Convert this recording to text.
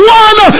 one